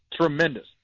tremendous